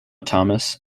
thomas